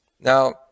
Now